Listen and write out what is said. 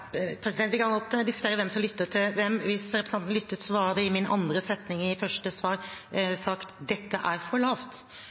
Vi kan godt diskutere hvem som lytter til hvem. Hvis representanten lyttet til svaret i min andre setning i første svar,